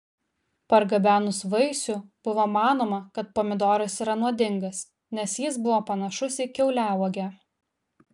pargabenus vaisių buvo manoma kad pomidoras yra nuodingas nes jis buvo panašus į kiauliauogę